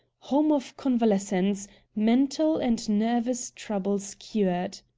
home of convalescents mental and nervous troubles cured